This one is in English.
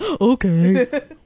Okay